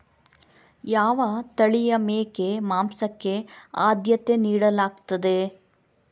ಯಾವ ತಳಿಯ ಮೇಕೆ ಮಾಂಸಕ್ಕೆ ಆದ್ಯತೆ ನೀಡಲಾಗ್ತದೆ?